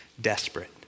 desperate